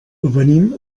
venim